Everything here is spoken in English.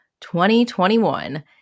2021